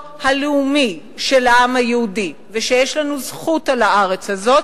הלאומי של העם היהודי ושיש לנו זכות על הארץ הזאת.